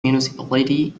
municipality